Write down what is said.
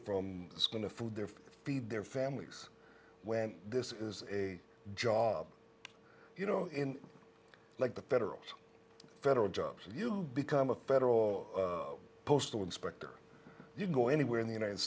from this going to food their feed their families when this is a job you know in like the federal federal jobs and you become a federal postal inspector you go anywhere in the united